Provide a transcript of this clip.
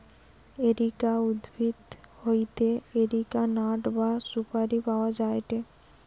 areca উদ্ভিদ হইতে areca nut বা সুপারি পাওয়া যায়টে